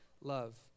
love